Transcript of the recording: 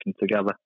together